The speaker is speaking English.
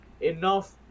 enough